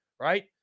right